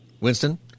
Winston